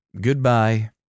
Goodbye